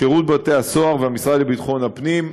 שירות בתי-הסוהר והמשרד לביטחון הפנים,